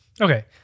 Okay